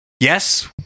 yes